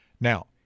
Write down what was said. Now